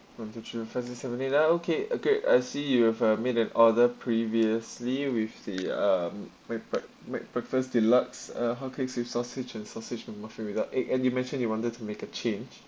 one two three four five six seven eight ah okay okay I see you have uh made an order previously with the um mac brek~ mac breakfast deluxe uh hotcakes with sausage and sausage mac muffin without egg and you mentioned you wanted to make a change